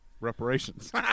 Reparations